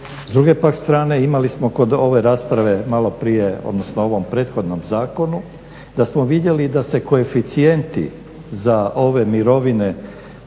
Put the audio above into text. S druge pak strane imali smo kod ove rasprave maloprije odnosno u ovom prethodnom zakonu da smo vidjeli da se koeficijenti za ove mirovine,